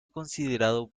considerado